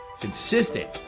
consistent